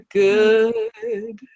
good